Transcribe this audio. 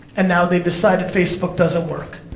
and now they've decided facebook doesn't work.